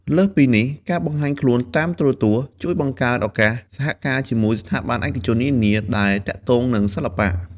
លើសពីនេះ ការបង្ហាញខ្លួនតាមទូរទស្សន៍ជួយបង្កើនឱកាសសហការជាមួយស្ថាប័នឯកជននានាដែលទាក់ទងនឹងសិល្បៈ។